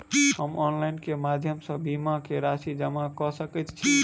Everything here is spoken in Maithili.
हम ऑनलाइन केँ माध्यम सँ बीमा केँ राशि जमा कऽ सकैत छी?